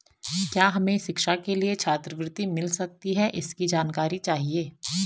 क्या हमें शिक्षा के लिए छात्रवृत्ति मिल सकती है इसकी जानकारी चाहिए?